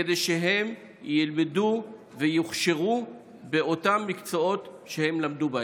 כדי שהם ילמדו ויוכשרו באותם מקצועות שהם למדו.